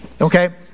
Okay